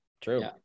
True